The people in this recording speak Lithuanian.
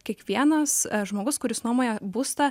kiekvienas žmogus kuris nuomoja būstą